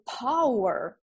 power